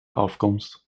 afkomst